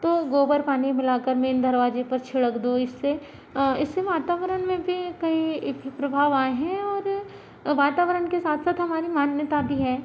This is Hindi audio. तो गोबर पानी मिला कर मेन दरवाज़े पर छिड़क दो इससे इस से वातावरण मे भी कई प्रभाव आए हैं और वातावरण के साथ साथ हमारी मान्यता भी है